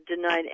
denied